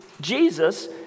Jesus